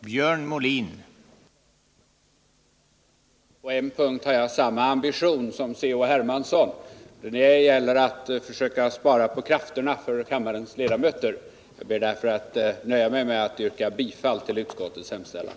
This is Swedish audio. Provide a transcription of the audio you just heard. Herr talman! På en punkt har jag samma ambition som C.-H. Hermansson, nämligen när det gäller att försöka spara på krafterna för kammarens ledamöter. Jag ber därför att få nöja mig med att yrka bifall till utskottets hemställan.